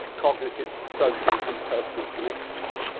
cognitive, social, and personal connections.